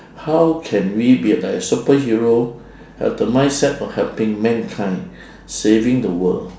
how can we be like a superhero have the mindset of helping mankind saving the world